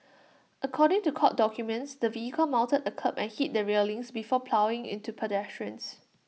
according to court documents the vehicle mounted A kerb and hit the railings before ploughing into pedestrians